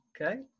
Okay